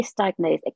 misdiagnosed